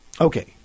Okay